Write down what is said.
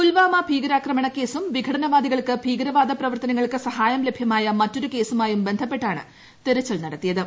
പുൽവാമ ഭീകരാക്രമണ കേസും വിഘടന വാദികൾക്ക് ഭീകരവാദ പ്രവർത്തനങ്ങൾക്ക് സഹായം ലഭ്യമായ മറ്റൊരു കേസുമായും ബന്ധപ്പെട്ടാണ് തെരച്ചിൽ നടത്തിയത്